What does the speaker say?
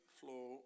flow